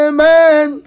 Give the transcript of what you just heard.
Amen